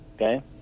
okay